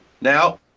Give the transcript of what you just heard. Now